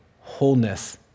wholeness